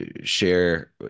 share